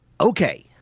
okay